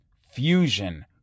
Fusion